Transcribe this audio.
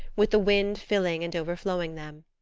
with the wind filling and overflowing them.